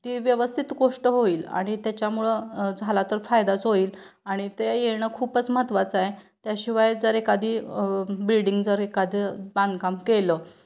ती व्यवस्थित गोष्ट होईल आणि त्याच्यामुळं झाला तर फायदाच होईल आणि ते येणं खूपच महत्त्वाचं आहे त्याशिवाय जर एखादी बिल्डिंग जर एखादं बांधकाम केलं